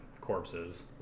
corpses